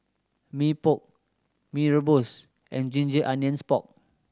Mee Pok Mee Rebus and ginger onions pork